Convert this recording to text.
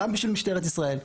גם בשביל משטרת ישראל.